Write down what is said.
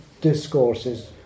discourses